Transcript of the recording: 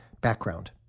Background